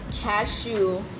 cashew